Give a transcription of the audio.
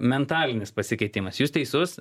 mentalinis pasikeitimas jūs teisus